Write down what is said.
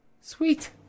sweet